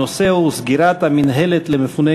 הנושא הוא: סגירת המינהלת למפוני